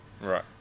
Right